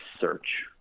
search